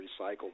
recycled